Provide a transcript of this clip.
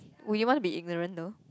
we want to be ignorant though